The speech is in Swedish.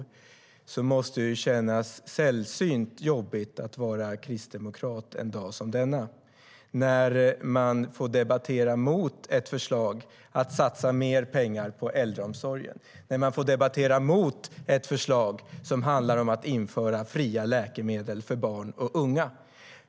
Därför måste det kännas sällsynt jobbigt att vara kristdemokrat en dag som denna, när man får debattera mot ett förslag om att satsa mer pengar på äldreomsorgen och mot ett förslag om att införa fria läkemedel för barn och unga.